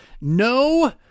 No